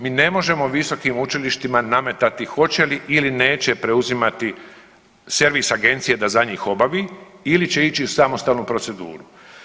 Mi ne možemo visokim učilištima nametati hoće li ili neće preuzimati servis agencije da za njih obavi ili će ići u samostalnu proceduru.